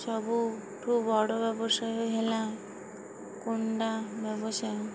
ସବୁଠୁ ବଡ଼ ବ୍ୟବସାୟ ହେଲା କୁଣ୍ଡା ବ୍ୟବସାୟ